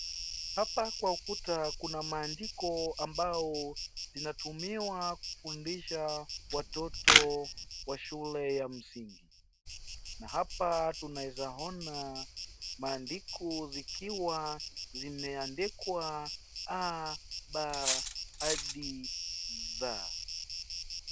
Hapa kwa ukuta kuna maandiko ambao zinatumiwa kufundisha watoto wa shule ya msingi . Na hapa unaweza ona maandiko zikiwa zimeandikwa a ,b hadi z.